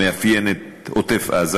מאפיין את עוטף-עזה,